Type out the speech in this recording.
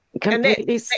Completely